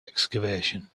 excavation